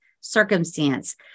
circumstance